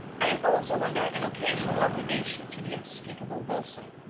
i am also under an occasional obligation to the unspeakable wilson,